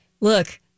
look